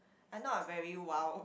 I am not a very wild